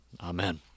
Amen